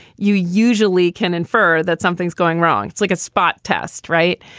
you usually can infer that something's going wrong. it's like a spot test right.